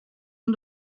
oan